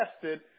tested